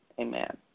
Amen